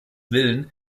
willen